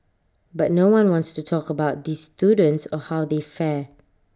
but no one wants to talk about these students or how they fare